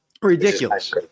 Ridiculous